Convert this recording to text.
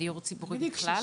בדיור ציבורי בכלל.